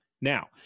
Now